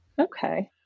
okay